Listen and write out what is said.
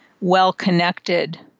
well-connected